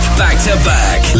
back-to-back